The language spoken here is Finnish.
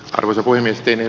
arvoisa kuin yhteinen